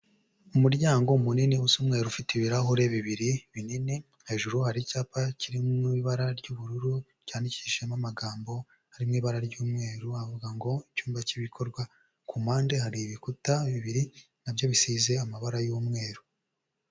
Umuryango munini usa umweru ufite ibirahure bibiri, binini. Hejuru hari icyapa kiri mu ibara ry'ubururu cyandikishijemo amagambo arimo ibara ry'umweru, avuga ngo icyumba cy'ibikorwa. Ku mpande hari ibikuta bibiri nabyo bisize amabara y'umweru.